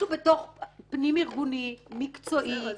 אם נעשה משהו פנים ארגוני מקצועי,